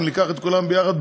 אם ניקח את כולן ביחד,